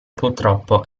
purtroppo